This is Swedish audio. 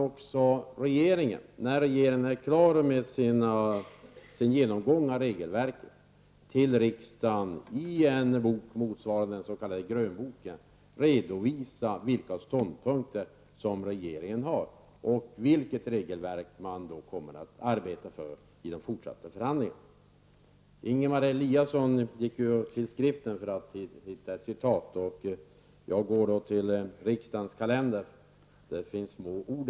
Och när regeringen är klar med sin genomgång av regelverket skall den för riksdagen, i en bok motsvarande den s.k. grönboken, redovisa vilka ståndpunkter regeringen intar och vilket regelverk man kommer att arbeta för i de fortsatta förhandlingarna. Ingemar Eliasson gick ju till Skriften för att hitta ett citat. Jag går till riksdagens kalender, där det också finns små ord.